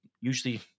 usually